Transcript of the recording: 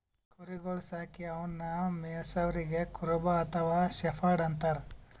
ಕುರಿಗೊಳ್ ಸಾಕಿ ಅವನ್ನಾ ಮೆಯ್ಸವರಿಗ್ ಕುರುಬ ಅಥವಾ ಶೆಫರ್ಡ್ ಅಂತಾರ್